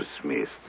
Smith